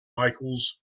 michaels